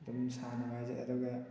ꯑꯗꯨꯝ ꯁꯥꯟꯅꯕ ꯍꯥꯏꯁꯦ ꯑꯗꯨꯒ